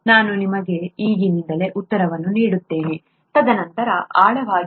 ನಾನು ನಿಮಗೆ ಈಗಿನಿಂದಲೇ ಉತ್ತರವನ್ನು ನೀಡುತ್ತೇನೆ ತದನಂತರ ಆಳವಾಗಿ ಹೋಗಿರಿ